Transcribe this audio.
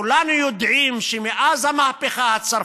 וכולם יודעים שמאז המהפכה הצרפתית,